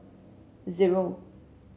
zero